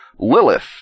Lilith